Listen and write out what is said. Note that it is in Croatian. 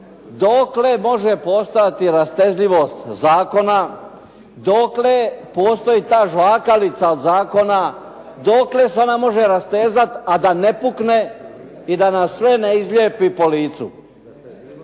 dokle može postojati rastezljivost zakona, dokle postoji ta žvakalica zakona, dokle se ona može rastezati a da ne pukne i da nas sve ne izlijepi po licu.